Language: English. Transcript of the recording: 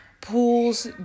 pools